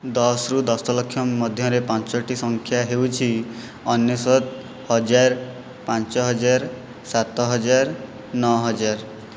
ଦଶରୁ ଦଶଲକ୍ଷ ମଧ୍ୟରେ ପାଞ୍ଚଟି ସଂଖ୍ୟା ହେଉଛି ଅନେଶ୍ଵତ ହଜାର ପାଞ୍ଚ ହଜାର ସାତ ହଜାର ନଅ ହଜାର